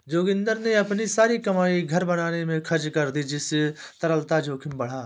जोगिंदर ने अपनी सारी कमाई घर बनाने में खर्च कर दी जिससे तरलता जोखिम बढ़ा